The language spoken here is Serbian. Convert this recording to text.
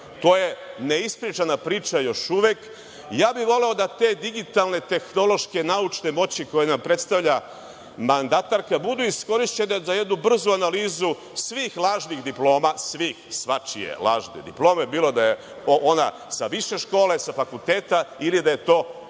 To je neispričana priča još uvek. Voleo bih te digitalne, tehnološke i naučne moći koji nam predstavlja mandatarka budu iskorišćeni za jednu brzu analizu svih lažnih diploma, svih, svačije lažne diplome, bilo da je ona sa više škole, sa fakulteta ili da je to